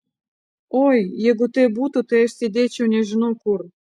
oi jeigu taip būtų tai aš sėdėčiau nežinau kur